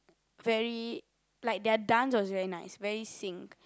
very like their dance was very nice very sync